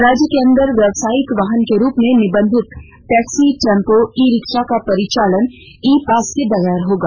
राज्य के अंदर व्यवसायिक वाहन के रूप में निबंधित टैक्सी टेंपो ई रिक्शा का परिचालन ई पास के बगैर होगा